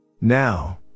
Now